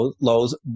lows